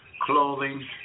clothing